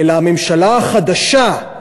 אלא הממשלה החדשה,